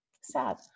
sad